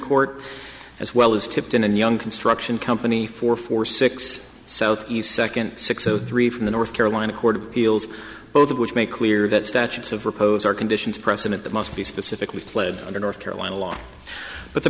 court as well as tipton and young construction company four for six south east second six o three from the north carolina court of appeals both of which make clear that statutes of repose are conditions precedent that must be specifically pled under north carolina law but the